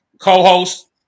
co-host